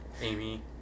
amy